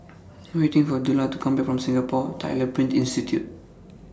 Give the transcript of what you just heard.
I Am waiting For Dillard to Come Back from Singapore Tyler Print Institute